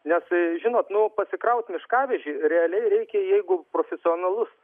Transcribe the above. nes žinot nu pasikrauti miškavežį realiai reikia jeigu profesionalus